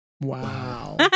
Wow